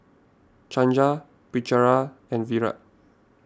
Chandra Pritiviraj and Virat